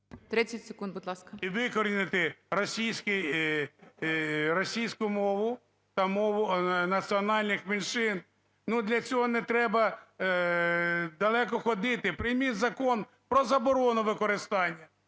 і викорінити російську мову та мову національних меншин, ну, для цього не треба далеко ходити – прийміть закон про заборону використання,